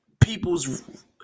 people's